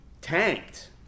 tanked